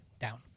down